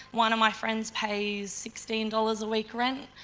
one of my friends pays sixteen dollars a week rent.